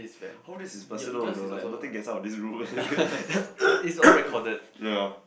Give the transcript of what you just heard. all this is personal you know like nothing gets out of this room ya